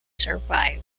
survived